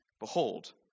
behold